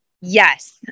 Yes